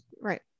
right